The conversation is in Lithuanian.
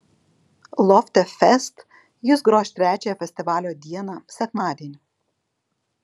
lofte fest jis gros trečiąją festivalio dieną sekmadienį